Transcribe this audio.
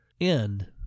end